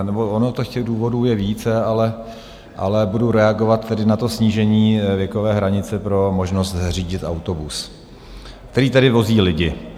Nebo ono těch důvodů je více, ale budu reagovat tedy na to snížení věkové hranice pro možnost řídit autobus, který tedy vozí lidi.